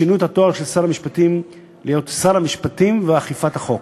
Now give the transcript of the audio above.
שינו את התואר של שר המשפטים לשר המשפטים ואכיפת החוק.